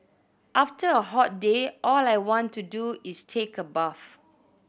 after a hot day all I want to do is take a bath